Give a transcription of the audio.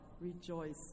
rejoice